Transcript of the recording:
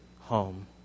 home